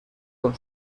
con